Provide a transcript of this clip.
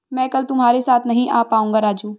मैं कल तुम्हारे साथ नहीं आ पाऊंगा राजू